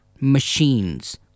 machines